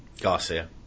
Garcia